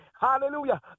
Hallelujah